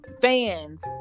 fans